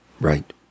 Right